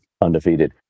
Undefeated